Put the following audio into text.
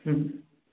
ꯍꯨꯝ